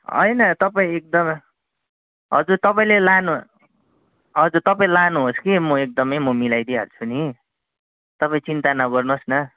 होइन तपाईँ एकदम हजुर तपाईँले लानुहोस् कि हजुर तपाईँ लानुहोस् कि म एकदमै म मिलाइदिइहाल्छु नि तपाईँ चिन्ता नगर्नोस् न